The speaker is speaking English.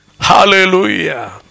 Hallelujah